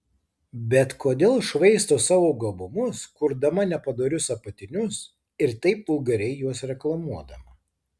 bet kodėl švaisto savo gabumus kurdama nepadorius apatinius ir taip vulgariai juos reklamuodama